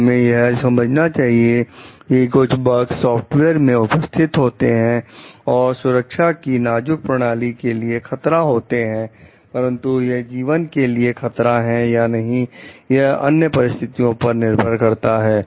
तो हमें यह समझना चाहिए कि कुछ बगस सॉफ्टवेयर में उपस्थित होते हैं और सुरक्षा की नाजुक प्रणाली के लिए खतरा होते हैं परंतु यह जीवन के लिए खतरा हैं या नहीं यह अन्य परिस्थितियों पर निर्भर करता है